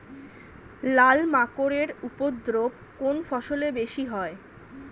লাল মাকড় এর উপদ্রব কোন ফসলে বেশি হয়?